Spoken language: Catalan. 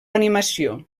animació